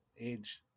Age